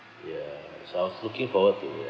ya so I was looking forward to